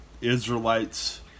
Israelites